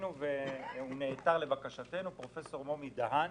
נעתר לבקשתנו פרופסור מומי דהן,